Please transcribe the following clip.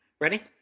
Ready